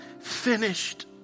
finished